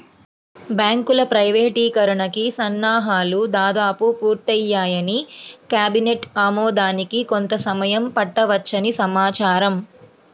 బ్యాంకుల ప్రైవేటీకరణకి సన్నాహాలు దాదాపు పూర్తయ్యాయని, కేబినెట్ ఆమోదానికి కొంత సమయం పట్టవచ్చని సమాచారం